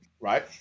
Right